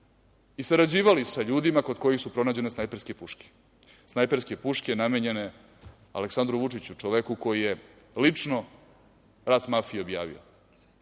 i sarađivali sa ljudima kod kojih su pronađene snajperske puške, snajperske puške namenjene Aleksandru Vučiću, čoveku koji je lično rat mafiji objavio. Tu